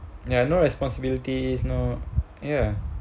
ya no responsibilities is no ya